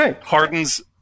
hardens